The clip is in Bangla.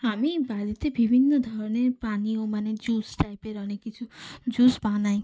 আমি বাড়িতে বিভিন্ন ধরনের পানীয় মানে জুস টাইপের অনেক কিছু জুস বানাই